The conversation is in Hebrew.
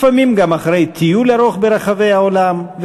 לפעמים גם אחרי טיול ארוך ברחבי העולם,